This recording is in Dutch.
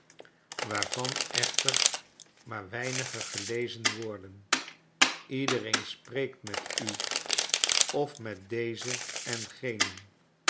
waarvan echter maar weinige gelezen worden iedereen spreekt met u of met dezen en genen